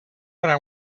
what